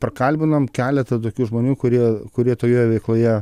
prakalbinom keletą tokių žmonių kurie kurie toje veikloje